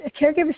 caregivers